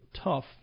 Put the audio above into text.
tough